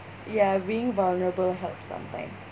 ya being vulnerable helps sometime